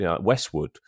Westwood